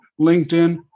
LinkedIn